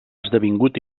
esdevingut